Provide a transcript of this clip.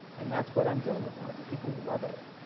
and that's what i'm dealing with now, is that people love it.